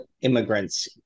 immigrants